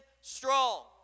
strong